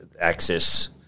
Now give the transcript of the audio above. access